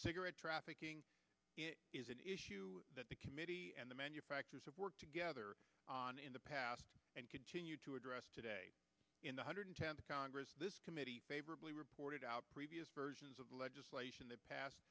cigarette trafficking is an issue that the committee and the manufacturers have worked together on in the past and continue to address today in the hundred tenth congress this committee favorably reported out previous versions of legislation that passed